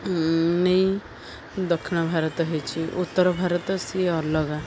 ନେଇ ଦକ୍ଷିଣ ଭାରତ ହେଇଛି ଉତ୍ତର ଭାରତ ସିଏ ଅଲଗା